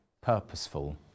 purposeful